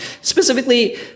Specifically